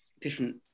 different